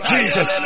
Jesus